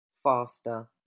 Faster